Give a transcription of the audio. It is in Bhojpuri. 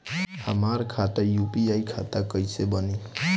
हमार खाता यू.पी.आई खाता कईसे बनी?